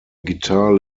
guitar